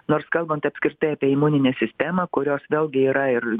nors kalbant apskritai apie imuninę sistemą kurios vėlgi yra ir